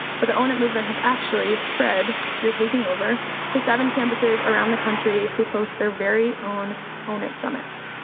but the own it movement has actually spread, we are taking over to seven campuses around the country who host their very own own it summits.